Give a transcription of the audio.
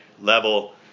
level